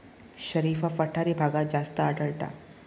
शरीफा पठारी भागात जास्त आढळता